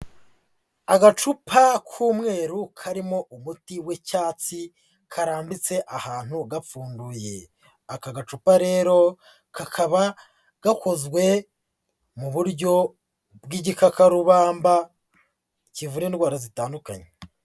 Agacupa k'umweru karimo umuti w'icyatsi, karambitse ahantu gapfunduye, aka gacupa rero kakaba gakozwe mu buryo bw'igikakarubamba, kivura indwara zitandukanye.